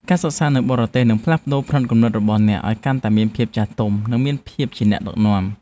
ការសិក្សានៅបរទេសនឹងផ្លាស់ប្តូរផ្នត់គំនិតរបស់អ្នកឱ្យកាន់តែមានភាពចាស់ទុំនិងមានភាពជាអ្នកដឹកនាំ។